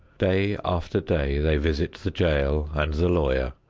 day after day they visit the jail and the lawyer,